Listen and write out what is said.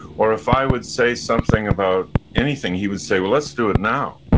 or if i would say something about anything, he would say, well, let's do it now.